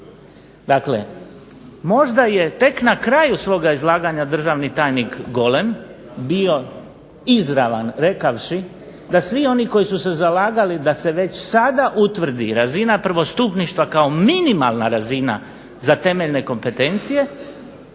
Dakle, možda je tek na kraju svoga izlaganja državni tajnik Golem bio izravan rekavši da svi oni koji su se zalagali da se već sada utvrdi razina prvostupništva kao minimalna razina za temeljne kompetencije,